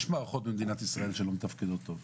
יש מערכות במדינת ישראל שלא מתפקדות טוב.